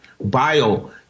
bio